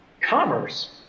commerce